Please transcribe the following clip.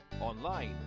online